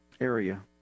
area